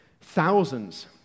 Thousands